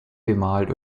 bemalt